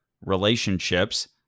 relationships